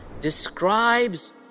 describes